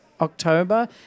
October